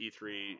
E3